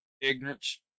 ignorance